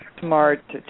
Smart